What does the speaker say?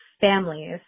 families